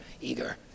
eager